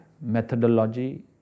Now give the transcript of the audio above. methodology